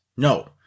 No